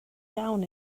iawn